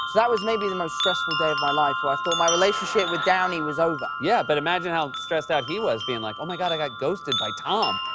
that was maybe the most stressful day of my life where i thought my relationship with downey was over. yeah, but imagine how stressed out he was, being like, oh, my god. i got ghosted by tom.